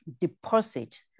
deposit